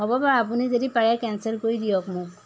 হ'ব বাৰু আপুনি যদি পাৰে কেঞ্চেল কৰি দিয়ক মোক